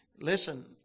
listen